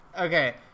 Okay